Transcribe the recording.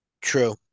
True